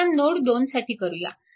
आता नोड 2 साठी करूया